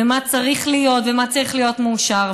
ומה צריך להיות ומה צריך להיות מאושר,